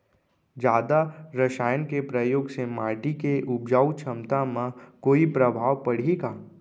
जादा रसायन के प्रयोग से माटी के उपजाऊ क्षमता म कोई प्रभाव पड़ही का?